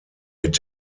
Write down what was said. mit